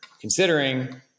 considering